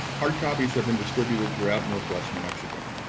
hard copies have been distributed throughout northwest new mexico.